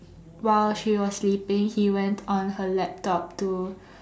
while she was sleeping he went on her laptop to